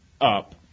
up